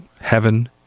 Heaven